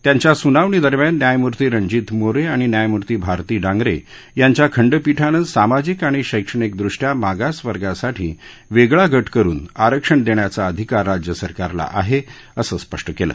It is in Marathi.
त्यांच्या सुनावणी दरम्यान न्यायमुर्ती रणजित मोरे आणि न्यायमुर्ती भारती डांगरे यांच्या खंडपीठानं सामाजिक आणि शैक्षणिकदृष्टया मागास वर्गासाठी वेगळा गट करुन आरक्षण देण्याचा अधिकार राज्य सरकारला आहे असं स्पष्ट केलं